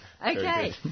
Okay